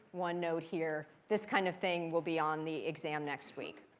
one node here. this kind of thing will be on the exam next week.